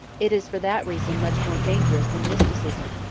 it is for that reason much more dangerous than mysticism,